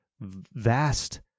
vast